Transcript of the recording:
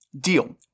Deal